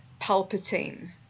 Palpatine